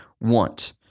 want